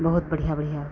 बहुत बढ़िया बढ़िया